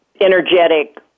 energetic